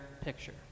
picture